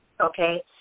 okay